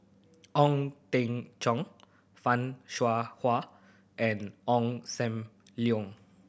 Ong Teng Cheong Fan Shao Hua and Ong Sam Leong